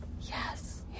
yes